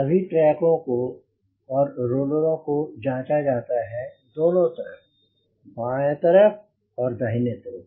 सभी ट्रकों को और रोल रोको जांचा जाता है दोनों तरफ बाएं तरफ और दाहिने तरफ